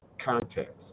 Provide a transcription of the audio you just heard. context